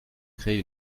créer